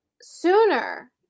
sooner